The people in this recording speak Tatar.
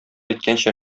әйткәнчә